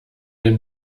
denn